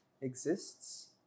exists